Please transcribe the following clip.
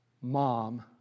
mom